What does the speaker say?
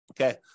Okay